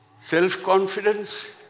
self-confidence